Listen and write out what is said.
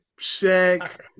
Shaq